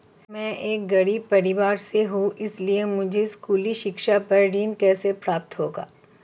मैं एक गरीब परिवार से हूं इसलिए मुझे स्कूली शिक्षा पर ऋण कैसे प्राप्त होगा?